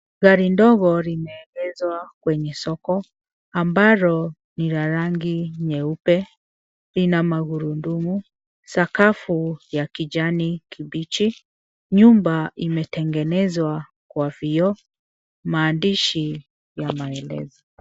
Gari ndogo limeegeehswa kwenye soko ambalo ni la rangi nyeupe . Lina magurudumu, sakafu ya kijani kibichi ,nyumba imetengenezwa kwa vioo maandishi ya maelezo.